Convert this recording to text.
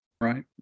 right